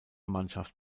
mannschaft